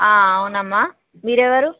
అవునమ్మ మీరు ఎవరు